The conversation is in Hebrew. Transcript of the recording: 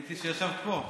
ראיתי שישבת פה.